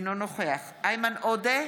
אינו נוכח איימן עודה,